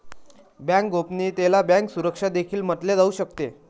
bank गोपनीयतेला bank सुरक्षा देखील म्हटले जाऊ शकते